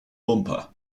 bumper